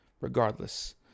Regardless